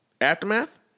Aftermath